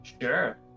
sure